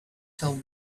till